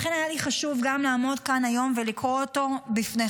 לכן היה לי חשוב גם לעמוד כאן היום ולקרוא אותו בפניכם,